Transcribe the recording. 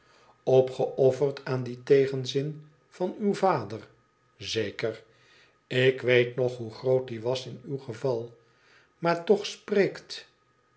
opgeofferd aan dien tegenzin van uw vader zeker ik weet nog hoe groot die was in uw geval maar toch spreekt